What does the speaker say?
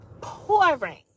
pouring